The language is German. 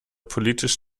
politisch